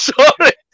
sorry